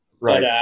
Right